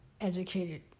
educated